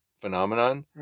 phenomenon